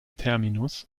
terminus